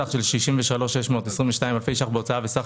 סך של 63,622 אלפי שקלים בהוצאה וסך